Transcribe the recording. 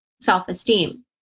self-esteem